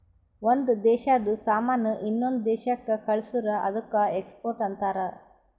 ಒಂದ್ ದೇಶಾದು ಸಾಮಾನ್ ಇನ್ನೊಂದು ದೇಶಾಕ್ಕ ಕಳ್ಸುರ್ ಅದ್ದುಕ ಎಕ್ಸ್ಪೋರ್ಟ್ ಅಂತಾರ್